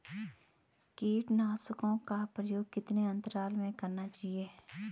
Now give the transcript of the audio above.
कीटनाशकों का प्रयोग कितने अंतराल में करना चाहिए?